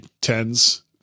tens